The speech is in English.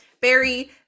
barry